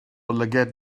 lygaid